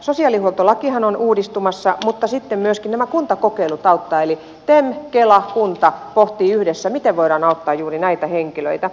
sosiaalihuoltolakihan on uudistumassa mutta sitten myöskin nämä kuntakokeilut auttavat eli tem kela kunta pohtivat yhdessä miten voidaan auttaa juuri näitä henkilöitä